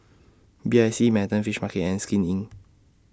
B I C Manhattan Fish Market and Skin Inc